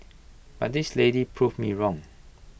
but this lady proved me wrong